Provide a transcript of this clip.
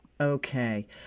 Okay